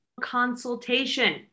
consultation